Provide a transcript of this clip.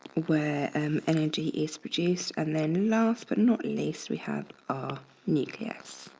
where um energy is produced. and then last but not least, we have our nucleus.